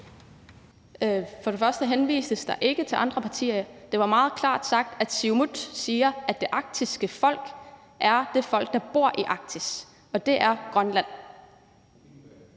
Der blev ikke henvist til andre partier. Jeg sagde meget klart, at Siumut siger, at det arktiske folk er det folk, der bor i Arktis, og det er grønlænderne.